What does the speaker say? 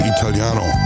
Italiano